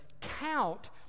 count